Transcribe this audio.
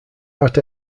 art